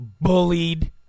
Bullied